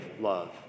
love